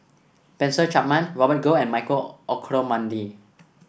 Spencer Chapman Robert Goh and Michael Olcomendy